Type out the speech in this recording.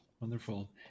Wonderful